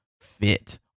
fit